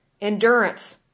endurance